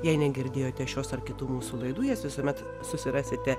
jei negirdėjote šios ar kitų mūsų laidų jas visuomet susirasite